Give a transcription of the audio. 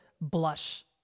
blush